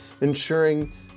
ensuring